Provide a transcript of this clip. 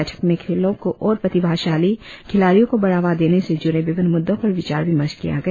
बैठक में खेलों को और प्रतिभाशाली खिलाड़ियों को बढ़ावा देने से जूड़े विभिन्न मुद्दों पर विचार विमर्श किया गया